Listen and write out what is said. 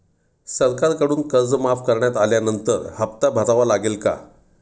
सरकारकडून कर्ज माफ करण्यात आल्यानंतर हप्ता भरावा लागेल का?